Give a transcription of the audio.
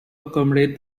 accommodate